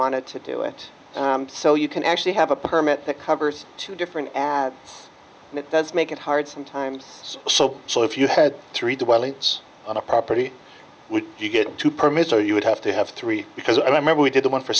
wanted to do it so you can actually have a permit that covers two different ads and it does make it hard sometimes it's so so if you had three dwellings on a property would you get to permits or you would have to have three because i mean we did one for